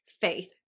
faith